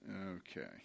Okay